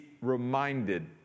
reminded